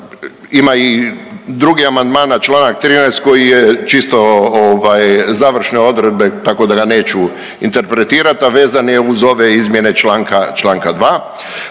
ima i drugi amandman na čl. 13. koji je čisto ovaj završne odredbe tako da ga neću interpretirat, a vezan je uz ove izmjene članka,